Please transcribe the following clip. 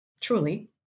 truly